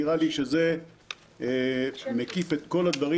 נראה לי שזה מקיף את כל הדברים.